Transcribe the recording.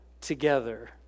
together